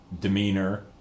demeanor